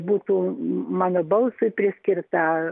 būtų mano balsui priskirta